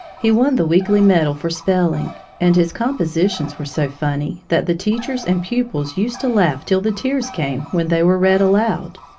he won the weekly medal for spelling, and his compositions were so funny that the teachers and pupils used to laugh till the tears came, when they were read aloud.